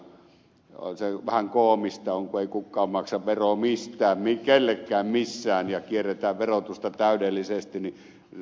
se on vähän koomista kun kukaan ei maksa veroa mistään kellekään missään ja kierretään verotusta täydellisesti